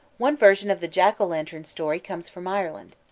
one version of the jack-o'-lantern story comes from ireland.